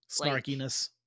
snarkiness